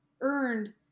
earned